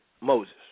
Moses